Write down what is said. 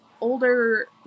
older